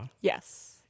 Yes